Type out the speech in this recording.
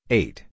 eight